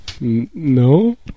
No